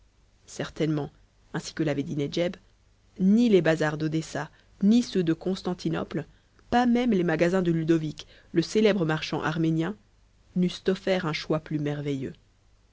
certainement ainsi que l'avait dit nedjeb ni les bazars d'odessa ni ceux de constantinople pas même les magasins de ludovic le célèbre marchand arménien n'eussent offert un choix plus merveilleux